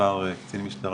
לשעבר קצין משטרה,